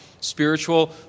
spiritual